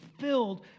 filled